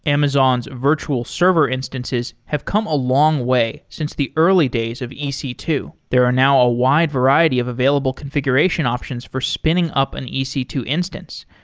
amazon's virtual server instances have come a long way since the early days of e c two. there are now a wide variety of available configuration options for spinning up and e c two instance,